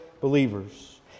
believers